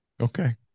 Okay